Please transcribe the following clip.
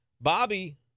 Bobby